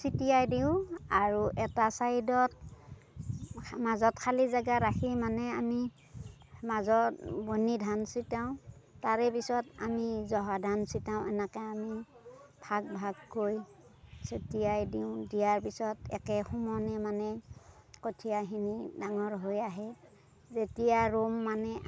ছটিয়াই দিওঁ আৰু এটা চাইডত মাজত খালী জেগা ৰাখি মানে আমি মাজত বনি ধান ছটিয়াও তাৰে পিছত আমি জহা ধান ছটিয়াও এনেকে আমি ভাগ ভাগকৈ ছটিয়াই দিওঁ দিয়াৰ পিছত একে সমানে মানে কঠিয়াখিনি ডাঙৰ হৈ আহে যেতিয়া ৰুম মানে আমি